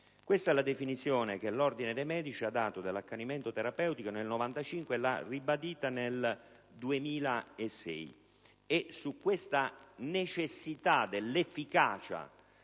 Questa è la definizione che l'Ordine dei medici ha dato dell'accanimento terapeutico nel 1995, ribadendola nel 2006.